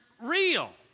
real